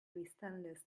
biztanlez